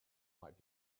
might